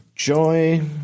Joy